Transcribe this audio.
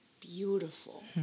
beautiful